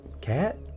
Cat